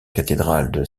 cathédrale